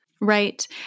Right